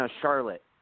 Charlotte